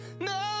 no